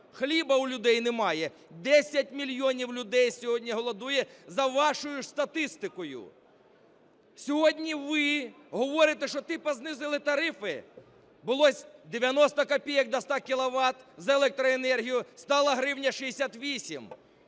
хліба у людей немає, 10 мільйонів людей сьогодні голодують, за вашою ж статистикою. Сьогодні ви говорите, що типу знизили тарифи? Було 90 копійок до 100 кіловат за електроенергію, стало 1 гривня 68.